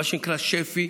שנקרא שפ"י,